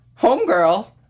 Homegirl